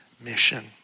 mission